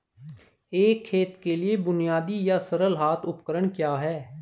एक खेत के लिए बुनियादी या सरल हाथ उपकरण क्या हैं?